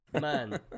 Man